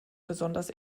besonders